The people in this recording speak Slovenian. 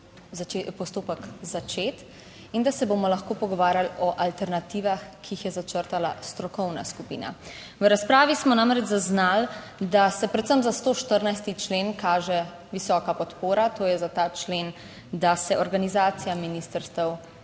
postopek začet in da se bomo lahko pogovarjali o alternativah, ki jih je začrtala strokovna skupina. V razpravi smo namreč zaznali, da se predvsem za 114. člen kaže visoka podpora, to je za ta člen, da se organizacija ministrstev